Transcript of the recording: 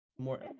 more